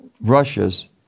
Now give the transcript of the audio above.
Russia's